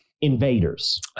invaders